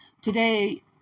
Today